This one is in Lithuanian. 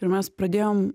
ir mes pradėjom